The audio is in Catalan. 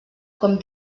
com